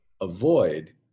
avoid